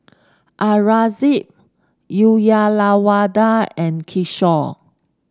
Aurangzeb Uyyalawada and Kishore